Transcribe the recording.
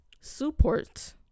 support